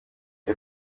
iyo